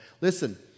Listen